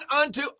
unto